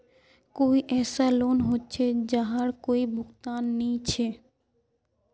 कोई ऐसा लोन होचे जहार कोई भुगतान नी छे?